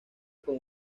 con